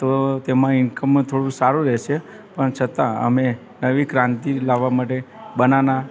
તો તેમાં ઈન્કમમાં થોડું સારું રહેશે પણ છતાં અમે નવી ક્રાંતિ લાવવા માટે બનાના